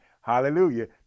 hallelujah